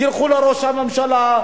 תלכו לראש הממשלה,